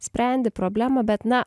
sprendi problemą bet na